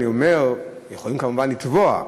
אני אומר, יכולים כמובן לתבוע.